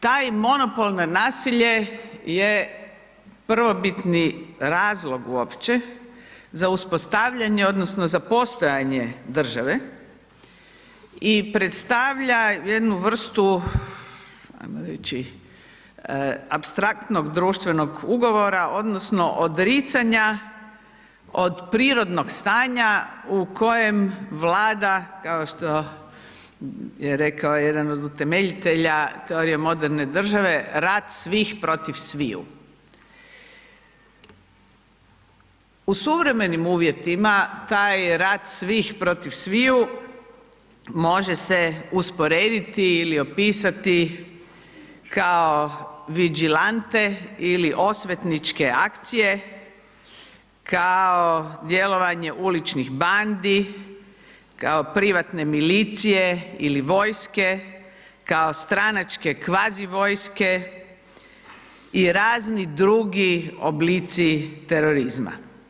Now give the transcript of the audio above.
Taj monopol na nasilje je prvobitni razlog uopće za uspostavljanje odnosno za postojanje države i predstavlja jednu vrstu, ajmo reći, apstraktnog društvenog ugovora odnosno odricanja od prirodnog stanja u kojem Vlada, kao što je rekao jedan od utemeljitelja teorije moderne države, rat svih protiv sviju, u suvremenim uvjetima taj rat svih proti sviju može se usporediti ili opisati kao viđilante ili osvetničke akcije, kao djelovanje uličnih bandi, kao privatne milicije ili vojske, kao stranačke kvazi vojske i razni drugi oblici terorizma.